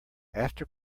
after